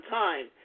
time